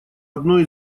одной